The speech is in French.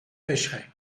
pêcherai